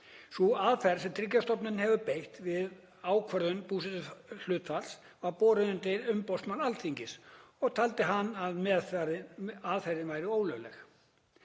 Sú aðferð sem Tryggingastofnun hefur beitt við ákvörðun búsetuhlutfalls var borin undir umboðsmann Alþingis og taldi hann að aðferðin væri ólögleg.